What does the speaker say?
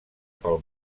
pel